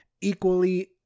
equally